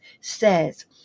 says